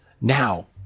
Now